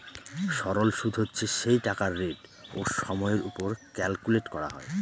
সরল সুদ হচ্ছে সেই টাকার রেট ও সময়ের ওপর ক্যালকুলেট করা হয়